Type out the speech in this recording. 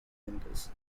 vendors